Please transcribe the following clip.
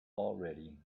already